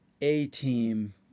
A-team